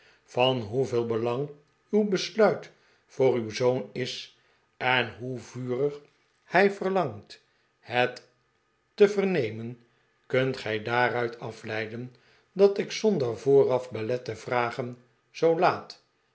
van hoeveel belang uw besluit voor uw zoon is en hoe vurig hij verlangt het te vernemen kunt gij daaruit afleiden dat ik zonder vooraf belet te vragen zoo laat